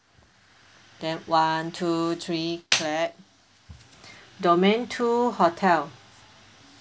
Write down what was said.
then one two three clap domain two hotel